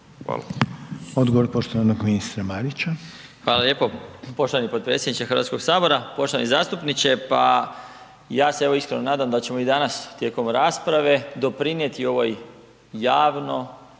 (HDZ)** Odgovor poštovanog ministra Marića. **Marić, Zdravko** Hvala lijepo. Poštovani potpredsjedniče Hrvatskog sabora, poštovani zastupniče. Pa ja se evo iskreno nadam da ćemo i danas tijekom rasprave doprinijeti ovoj javnoj